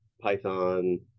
Python